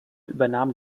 übernahm